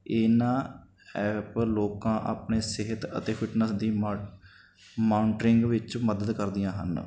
ਇਹਨਾਂ ਐਪ ਲੋਕਾਂ ਆਪਣੇ ਸਿਹਤ ਅਤੇ ਫਿਟਨੈਸ ਦੀ ਮਾਊ ਮਾਨਟਰਿਂਗ ਵਿੱਚ ਮਦਦ ਕਰਦੀਆਂ ਹਨ